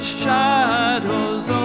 shadows